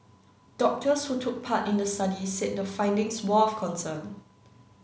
doctors who took part in the study said the findings were of concern